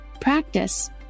practice